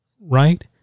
Right